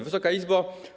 Wysoka Izbo!